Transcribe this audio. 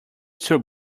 two